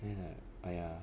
then like !aiya!